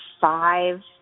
five